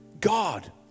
God